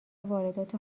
واردات